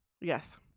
Yes